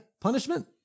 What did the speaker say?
punishment